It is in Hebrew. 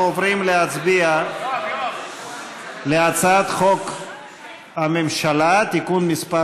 אנחנו עוברים להצביע על הצעת חוק-יסוד: הממשלה (תיקון מס'